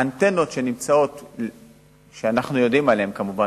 האנטנות שאנחנו יודעים עליהן כמובן,